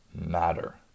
matter